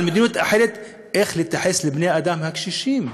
על מדיניות אחרת איך להתייחס לבני-האדם הקשישים,